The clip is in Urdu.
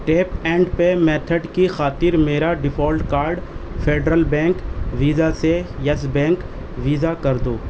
ٹیپ اینڈ پے میتھڈ کی خاطر میرا default card Federal Bank Visa سے یس بینک ویزا کر دو